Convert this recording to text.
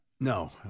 No